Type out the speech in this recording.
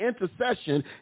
intercession